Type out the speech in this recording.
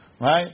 right